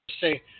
say